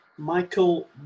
Michael